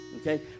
Okay